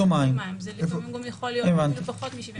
זה לפעמים גם יכול להיות אפילו פחות מ-72 שעות.